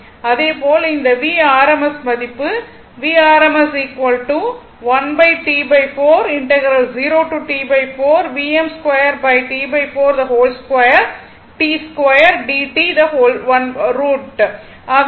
அதேபோல் அந்த Vrms மதிப்புஆக இருக்கும்